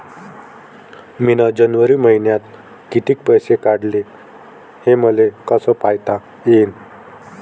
मिन जनवरी मईन्यात कितीक पैसे काढले, हे मले कस पायता येईन?